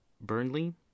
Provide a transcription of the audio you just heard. Burnley